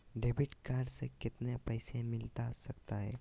Debit card से कितने पैसे मिलना सकता हैं?